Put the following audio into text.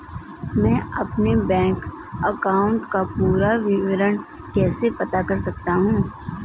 मैं अपने bank account का पूरा विवरण कैसे पता कर सकता हूँ?